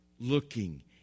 looking